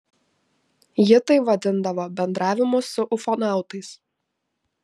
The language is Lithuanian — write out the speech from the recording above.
ji tai vadindavo bendravimu su ufonautais